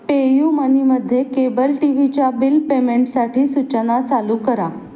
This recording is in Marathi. पेयुमनीमध्ये केबल टी व्हीच्या बिल पेमेंटसाठी सूचना चालू करा